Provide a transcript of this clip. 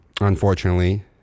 unfortunately